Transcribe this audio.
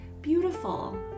beautiful